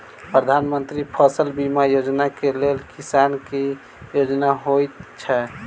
प्रधानमंत्री फसल बीमा योजना केँ लेल किसान केँ की योग्यता होइत छै?